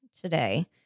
today